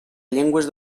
llengües